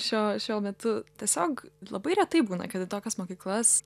šio šio metu tiesiog labai retai būna kad į tokias mokyklas